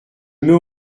mets